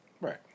right